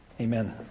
Amen